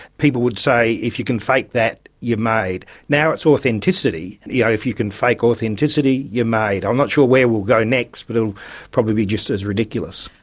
people would say if you can fake that, you're made. now it's authenticity, and yeah if you can fake authenticity, you're made. i'm not sure where we'll go next but it will probably be just as ridiculous.